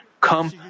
Come